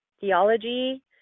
Theology